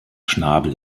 schnabel